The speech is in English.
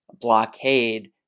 blockade